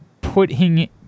putting